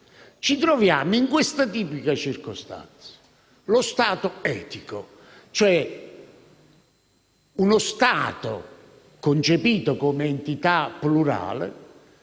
Ci troviamo nella tipica circostanza che lo Stato etico, ovvero uno Stato concepito come entità plurale,